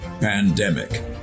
pandemic